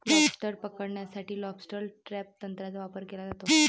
lobster पकडण्यासाठी lobster trap तंत्राचा वापर केला जातो